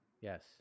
yes